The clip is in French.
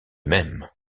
même